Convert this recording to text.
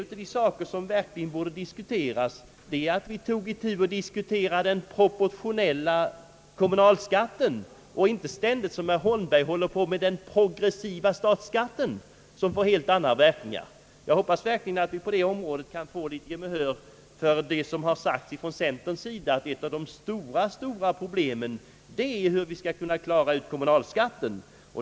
En av de saker som verkligen skulle behöva diskuteras är därför den proportionella kommunalskatten och inte ständigt, vilket herr Holmberg gör, den progressiva statsskatten, som får helt andra verkningar. Jag hoppas verkligen vi kan få litet gehör för vad som har sagts från centerns sida, att ett av de stora problemen är hur man skall klara problemet med kommunalskatten.